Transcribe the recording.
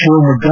Shivamogga